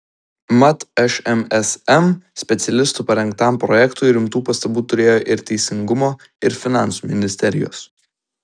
mat šmsm specialistų parengtam projektui rimtų pastabų turėjo ir teisingumo ir finansų ministerijos